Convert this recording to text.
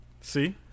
See